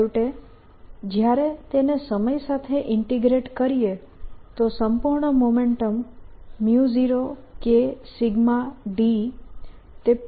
છેવટે જ્યારે તેને સમય સાથે ઇન્ટીગ્રેટ કરીએ તો સંપૂર્ણ મોમેન્ટમ 0 K d એ પ્લેટનું મોમેન્ટમ બનશે